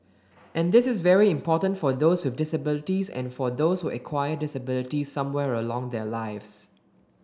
and this is very important for those with disabilities and for those who acquire disabilities somewhere along their lives